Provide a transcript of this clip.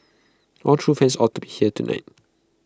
all true fans ought to be here tonight